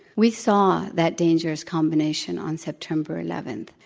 we saw that dangerous combination on september eleven.